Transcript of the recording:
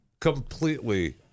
completely